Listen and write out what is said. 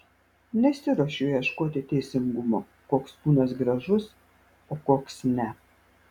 nesiruošiau ieškoti teisingumo koks kūnas gražus o koks ne